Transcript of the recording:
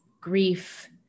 grief